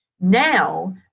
Now